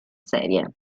serie